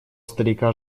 старика